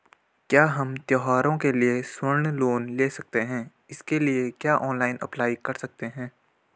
क्या हम त्यौहारों के लिए स्वर्ण लोन ले सकते हैं इसके लिए क्या ऑनलाइन अप्लाई कर सकते हैं?